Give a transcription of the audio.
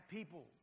People